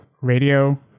radio